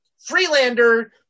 Freelander